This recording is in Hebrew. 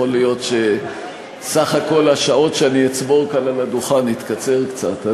יכול להיות שסך כל השעות שאני אצבור כאן על הדוכן יתקצר קצת.